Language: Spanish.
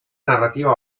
narrativa